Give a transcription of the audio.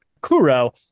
Kuro